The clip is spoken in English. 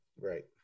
right